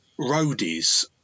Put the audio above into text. roadies